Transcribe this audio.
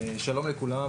לכולם.